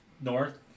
north